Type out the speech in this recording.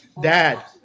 dad